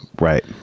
Right